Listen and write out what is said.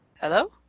Hello